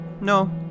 No